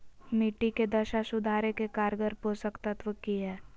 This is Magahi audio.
मिट्टी के दशा सुधारे के कारगर पोषक तत्व की है?